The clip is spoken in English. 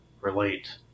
relate